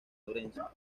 lorenzo